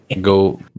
go